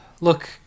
Look